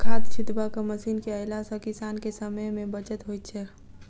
खाद छिटबाक मशीन के अयला सॅ किसान के समय मे बचत होइत छै